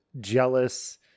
jealous